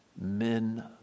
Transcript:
men